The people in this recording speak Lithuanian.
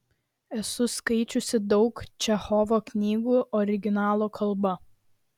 esu skaičiusi daug čechovo knygų originalo kalba